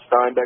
Steinbeck